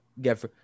get